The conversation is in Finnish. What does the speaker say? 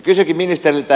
kysynkin ministeriltä